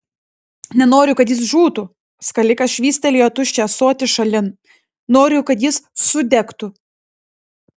nenoriu kad jis žūtų skalikas švystelėjo tuščią ąsotį šalin noriu kad jis sudegtų